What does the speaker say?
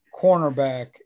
cornerback